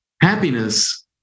Happiness